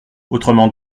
autrement